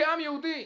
כעם יהודי.